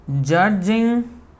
Judging